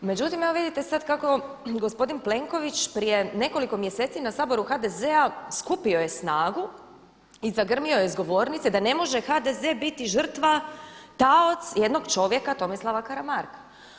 Međutim, evo vidite sad kako gospodin Plenković prije nekoliko mjeseci na Saboru HDZ-a skupio je snagu i zagrmio je s govornice da ne može HDZ biti žrtva taoc jednog čovjeka Tomislava Karamarka.